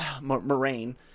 Moraine